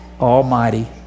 Almighty